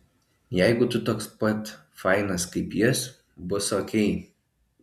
jeigu tu toks pat fainas kaip jis bus okei